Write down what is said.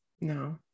No